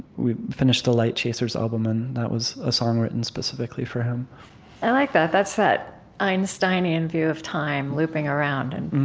we finished the light chasers album, and that was a song written specifically for him i like that. that's that einsteinian view of time looping around and